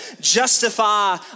justify